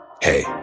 Hey